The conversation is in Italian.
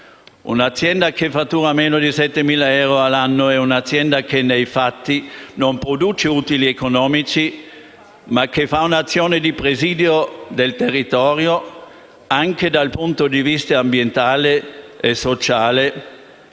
Un'azienda che fattura meno di 7.000 euro all'anno è un'azienda che, nei fatti, non produce utili economici, ma fa un'azione di presidio del territorio, anche dal punto di vista ambientale e sociale,